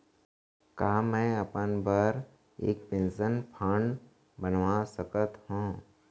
का मैं अपन बर एक पेंशन फण्ड बनवा सकत हो?